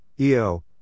EO